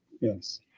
Yes